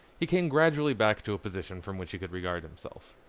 he came gradually back to a position from which he could regard himself.